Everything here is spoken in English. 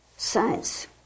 science